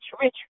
rich